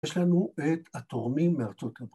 ‫יש לנו את התורמים מארצות...